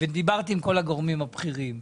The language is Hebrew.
ודיברתי עם כל הגורמים הבכירים.